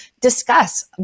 discuss